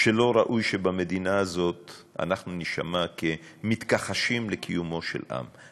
שלא ראוי שבמדינה הזאת אנחנו נישמע כמתכחשים לקיומו של עם,